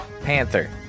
Panther